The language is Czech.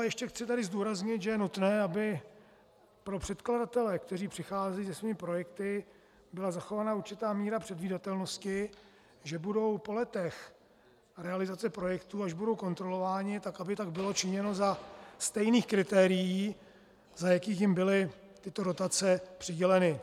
Ještě chci tady zdůraznit, že je nutné, aby pro předkladatele, kteří přicházejí se svými projekty, byla zachována určitá míra předvídatelnosti, že budou po letech realizace projektů, až budou kontrolováni, tak aby tak bylo činěno za stejných kritérií, za jakých jim byly tyto dotace přiděleny.